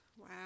Wow